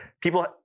people